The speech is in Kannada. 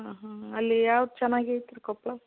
ಹಾಂ ಹಾಂ ಅಲ್ಲಿ ಯಾವ್ದು ಚೆನ್ನಾಗೇತ್ ರೀ ಕೊಪ್ಪಳ